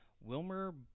Wilmer